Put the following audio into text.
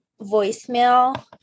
voicemail